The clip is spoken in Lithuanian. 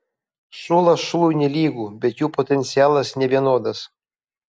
šulas šului nelygu bet jų potencialas nevienodas